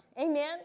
Amen